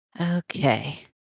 Okay